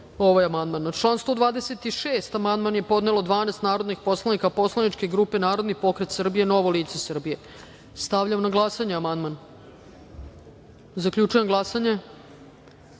ovaj amandman. Na član 105. amandman je podnelo 12 narodnih poslanika poslaničke grupe Narodi pokret Srbije-Novo lice Srbije. Stavljam na glasanje ovaj amandman. Zaključujem glasanje: